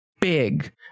big